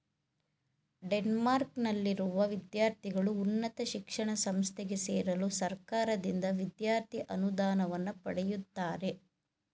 ಡೆನ್ಮಾರ್ಕ್ನಲ್ಲಿರುವ ವಿದ್ಯಾರ್ಥಿಗಳು ಉನ್ನತ ಶಿಕ್ಷಣ ಸಂಸ್ಥೆಗೆ ಸೇರಲು ಸರ್ಕಾರದಿಂದ ವಿದ್ಯಾರ್ಥಿ ಅನುದಾನವನ್ನ ಪಡೆಯುತ್ತಾರೆ